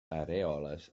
arèoles